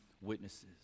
witnesses